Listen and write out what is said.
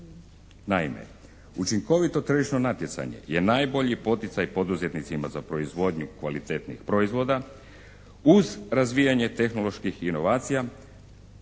Naime, učinkovito tržišno natjecanje je najbolji poticaj poduzetnicima za proizvodnju kvalitetnih proizvoda uz razvijanje tehnoloških inovacija